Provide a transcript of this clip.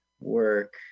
work